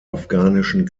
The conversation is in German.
afghanischen